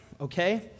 Okay